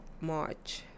March